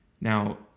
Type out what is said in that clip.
Now